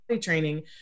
training